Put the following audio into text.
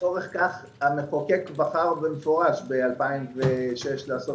לצורך כך המחוקק בחר במפורש ב-2006 לעשות